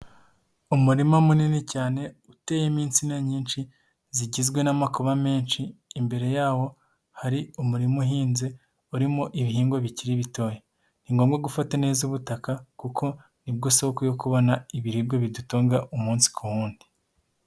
Umurima munini cyane uteyemosina nyinshi zigizwe n'amakoma menshi, imbere yawo hari umurima uhinze urimo ibihingwa bikiri bitoya. Ni ngombwa gufata neza ubutaka, kuko nibwo soko yo kubona ibiribwa bidutunga umunsi ku uwundi.